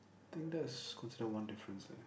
think that's considered one difference eh